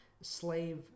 slave